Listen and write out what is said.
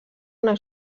una